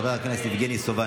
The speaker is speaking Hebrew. חבר הכנסת גדעון סער,